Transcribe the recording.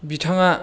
बिथाङा